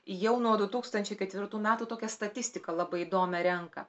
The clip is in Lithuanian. jau nuo du tūkstančiai ketvirtų metų tokią statistiką labai įdomią renka